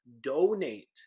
donate